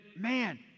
man